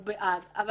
אנחנו בעד כל זה.